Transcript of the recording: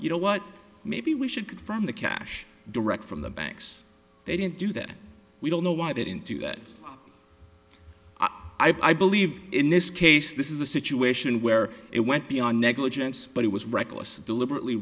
you know what maybe we should get from the cash direct from the banks they didn't do that we don't know why that into it i believe in this case this is a situation where it went beyond negligence but it was reckless deliberately